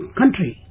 country